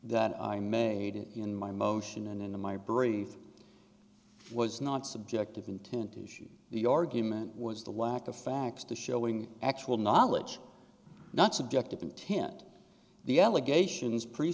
that i made in my motion and in my brain was not subjective intent to shoot the argument was the lack of facts to showing actual knowledge not subjective intent the allegations